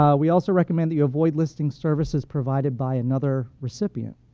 um we also recommend that you avoid listing services provided by another recipient.